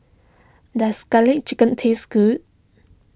does Garlic Chicken taste good